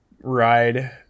ride